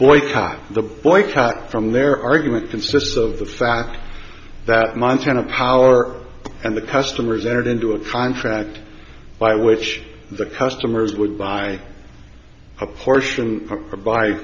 boycott the boycott from their argument consists of the fact that montana power and the customers entered into a contract by which the customers would buy a portion